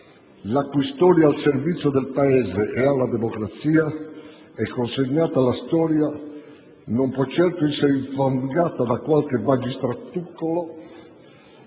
la cui storia di servizio al Paese e alla democrazia è consegnata allo storia e non può certo essere infangata da qualche magistratuncolo